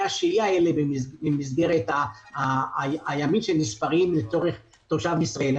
השהייה האלה ממסגרת הימים שנספרים לצורך תושב ישראל.